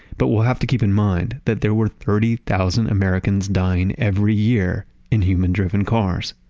but we'll have to keep in mind that there were thirty thousand americans dying every year in human-driven cars.